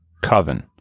Coven